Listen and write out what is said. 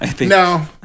No